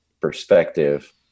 perspective